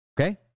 Okay